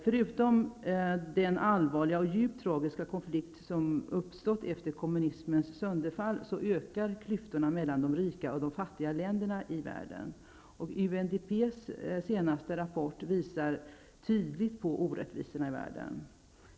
Förutom den allvarliga och djupt tragiska konflikt som uppstått efter kommunismens sönderfall ökar klyftorna mellan de rika och de fattiga länderna i världen. UNDP:s senaste rapport visar tydligt på orättvisorna i världen.